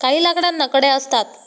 काही लाकडांना कड्या असतात